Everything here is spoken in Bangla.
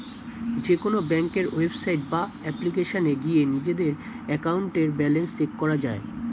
যেকোনো ব্যাংকের ওয়েবসাইট বা অ্যাপ্লিকেশনে গিয়ে নিজেদের অ্যাকাউন্টের ব্যালেন্স চেক করা যায়